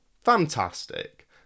Fantastic